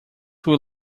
will